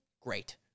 great